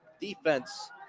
defense